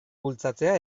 bultzatzea